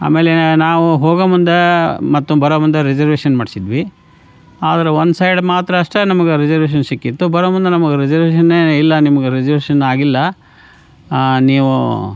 ಆಮೇಲೆ ನಾವು ಹೋಗೋ ಮುಂದೆ ಮತ್ತು ಬರೋ ಮುಂದೆ ರಿಝರ್ವೇಶನ್ ಮಾಡಿಸಿದ್ವಿ ಆದರೆ ಒನ್ ಸೈಡ್ ಮಾತ್ರ ಅಷ್ಟೆ ನಮ್ಗೆ ರಿಝರ್ವೇಶನ್ ಸಿಕ್ಕಿತ್ತು ಬರೋ ಮುಂದೆ ನಮಗೆ ರಿಝರ್ವೇಶನ್ನೇ ಇಲ್ಲ ನಿಮ್ಗೆ ರಿಝರ್ವೇಶನ್ನಾಗಿಲ್ಲ ನೀವು